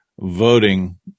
voting